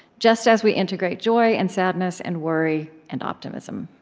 just as we integrate joy and sadness and worry and optimism.